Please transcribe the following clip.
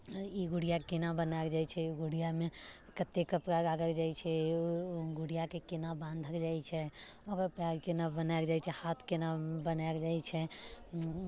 ई गुड़िया केना बनाओल जाइत छै गुड़ियामे कत्तेक कपड़ा लागल जाइत छै गुड़ियाके केना बाँधल जाइत छै ओकर पैर केना बनाएल जाइत छै हाथ केना बनाएल जाइत छै